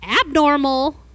abnormal